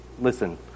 listen